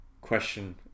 question